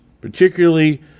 particularly